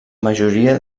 majoria